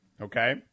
Okay